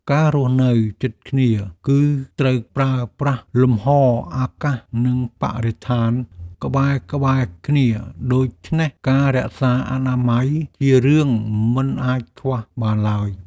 ការរស់នៅជិតគ្នាគឺត្រូវប្រើប្រាស់លំហអាកាសនិងបរិស្ថានក្បែរៗគ្នាដូច្នេះការរក្សាអនាម័យជារឿងមិនអាចខ្វះបានឡើយ។